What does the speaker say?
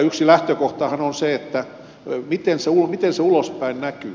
yksi lähtökohtahan on se miten se ulospäin näkyy